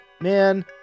man